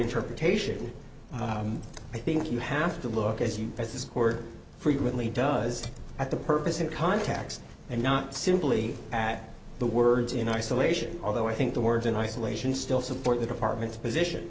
interpretation i think you have to look as you as this court frequently does at the purpose of context and not simply at the words in isolation although i think the words in isolation still support the department's position